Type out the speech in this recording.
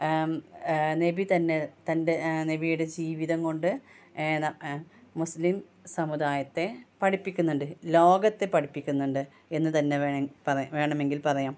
നബി തന്നെ തൻ്റെ നബിയുടെ ജീവിതംകൊണ്ട് മുസ്ലിം സമുദായത്തെ പഠിപ്പിക്കുന്നുണ്ട് ലോകത്തെ പഠിപ്പിക്കുന്നുണ്ട് എന്നു തന്നെ വേണമെങ്കിൽ പറയാം